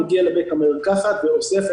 מגיע לבית המרקחת ואוסף אותן,